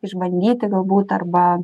išbandyti galbūt arba